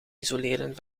isoleren